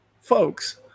Folks